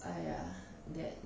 !aiya! dad